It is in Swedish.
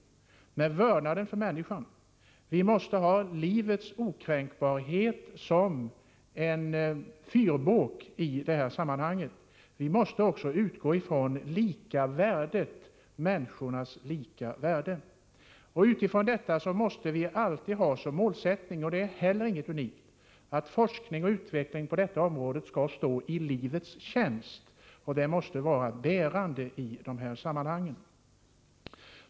Vi måste ha vördnaden för människan och livets okränkbarhet som en fyrbåk. Vi måste också utgå från människornas lika värde. Med utgångspunkt i detta måste vi alltid ha som målsättning — detta är heller ingenting unikt — att forskning och utveckling på detta område skall stå i livets tjänst. Detta måste vara en bärande princip i dessa sammanhang.